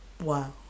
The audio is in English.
Wow